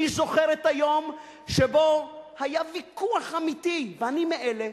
אני זוכר את היום שבו היה ויכוח אמיתי, ואני מאלה